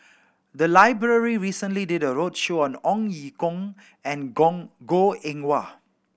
the library recently did a roadshow on Ong Ye Kung and Gong Goh Eng Wah